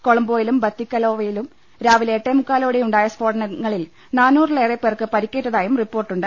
കൊളംബോയിലും ബത്തിക്കലോവയിലും രാവി ലെ എട്ടേമുക്കാലോടെയുണ്ടായ സ്ഫോടനങ്ങളിൽ നാനൂ റിലേറെപേർക്ക് പരിക്കേറ്റതായും റിപ്പോർട്ടുണ്ട്